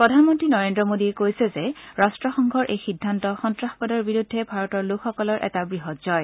প্ৰধানমন্ত্ৰী নৰেন্দ্ৰ মোডীয়ে কৈছে যে ৰাট্টসংঘৰ এই সিদ্ধান্ত সন্ত্ৰাসবাদৰ বিৰুদ্ধে ভাৰতৰ লোকসকলৰ এটা বৃহৎ জয়